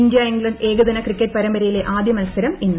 India England ഏകദിന cricket പരമ്പരയിലെ ആദ്യ മത്സരം ഇന്ന്